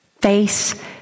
Face